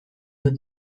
dut